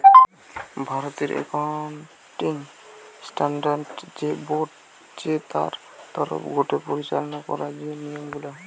ভারতের accounting standard যে board চে তার তরফ গটে পরিচালনা করা যে নিয়ম গুলা